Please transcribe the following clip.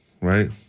right